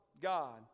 God